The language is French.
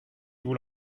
vous